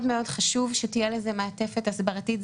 מאוד מאוד חשוב שתהיה לזה מעטפת הסברתית.